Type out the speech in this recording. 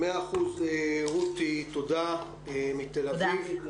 מאה אחוז, רותי, תודה מתל אביב.